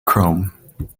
chrome